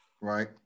Right